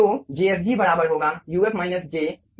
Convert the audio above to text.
तो jfg बराबर होगा गुणा 1 α